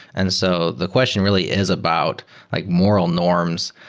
and so the question really is about like moral norms.